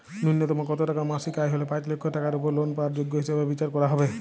ন্যুনতম কত টাকা মাসিক আয় হলে পাঁচ লক্ষ টাকার উপর লোন পাওয়ার যোগ্য হিসেবে বিচার করা হবে?